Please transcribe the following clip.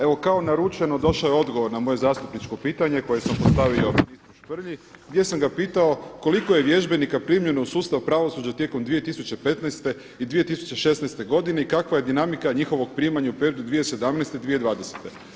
Evo kao naručeno došao je odgovor na moje zastupničko pitanje koje sam postavio … gdje sam ga pitao, koliko je vježbenika primljeno u sustav pravosuđa tijekom 2015. i 2016. i kakva je dinamika njihovog primanja u periodu 2017.-2020.